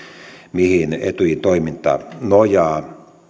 mihin etyjin toiminta nojaa